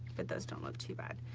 but those don't look too bad.